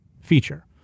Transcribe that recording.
feature